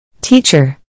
Teacher